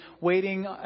waiting